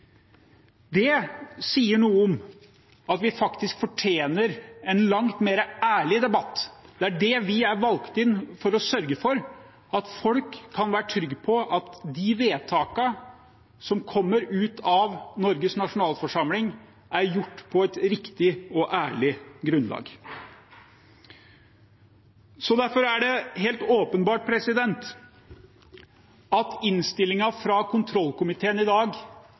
Det sier noe om at vi fortjener en langt mer ærlig debatt. Det vi er valgt inn for å sørge for, er at folk kan være trygge på at de vedtakene som kommer ut av Norges nasjonalforsamling, er gjort på et riktig og ærlig grunnlag. Derfor er det helt åpenbart at innstillingen fra kontrollkomiteen i dag